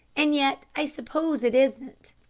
and yet i suppose it isn't.